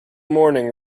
morning